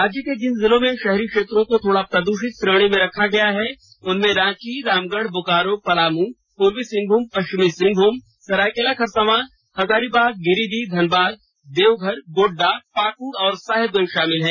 राज्य के जिन जिलों के शहरी क्षेत्रों को थोड़ा प्रदूषित श्रेणी में रखा गया है उनमें रांची रामगढ़ बोकारो पलाम पूर्वी सिंहभूम पश्चिमी सिंहभूम सरायकेला खरसावा हजारीबाग गिरिडीह धनबाद देवघर गोड़डा पाकड़ और साहेबगंज शामिल है